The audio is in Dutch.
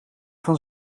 van